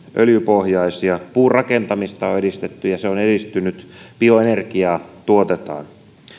öljypohjaisia puurakentamista on edistetty ja se on edistynyt bioenergiaa tuotetaan